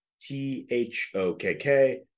T-H-O-K-K